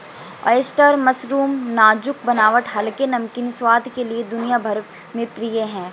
oyster mushroom नाजुक बनावट हल्के, नमकीन स्वाद के लिए दुनिया भर में प्रिय है